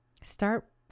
Start